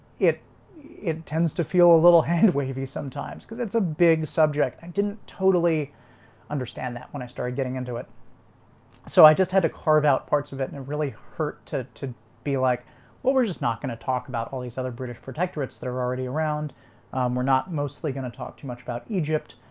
it it tends to feel a little hand wavy sometimes because it's a big subject. i didn't totally understand that when i started getting into it so i just had to carve out parts of it and really hurt to to be like well we're just not going to talk about all these other british protectorates that are already around we're not mostly going to talk too much about egypt.